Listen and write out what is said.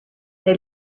they